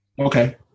Okay